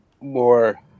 more